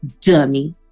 Dummy